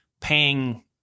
paying